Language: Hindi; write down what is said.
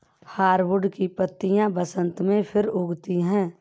हार्डवुड की पत्तियां बसन्त में फिर उगती हैं